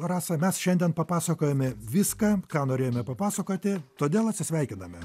rasa mes šiandien papasakojome viską ką norėjome papasakoti todėl atsisveikiname